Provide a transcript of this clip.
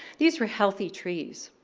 these were healthy trees.